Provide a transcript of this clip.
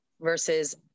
versus